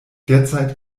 derzeit